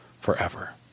forever